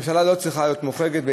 הממשלה לא צריכה להיות מוחרגת,